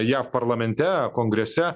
jav parlamente kongrese